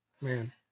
man